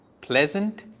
pleasant